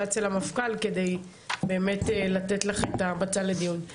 אצל המפכ"ל כדי באמת לתת לך את המצע לדיון.